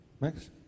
Max